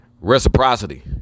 reciprocity